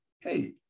hey